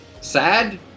sad